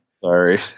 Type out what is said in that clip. sorry